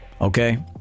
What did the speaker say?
okay